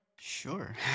Sure